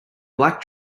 black